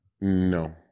No